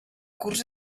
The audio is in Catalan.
curs